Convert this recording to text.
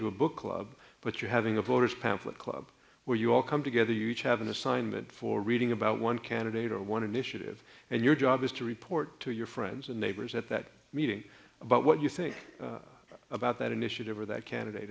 to a book club but you're having a voter's pamphlet club where you all come together you have an assignment for reading about one candidate or one initiative and your job is to report to your friends and neighbors at that meeting about what you think about that initiative or that candidate